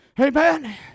amen